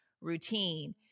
routine